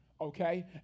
okay